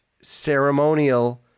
ceremonial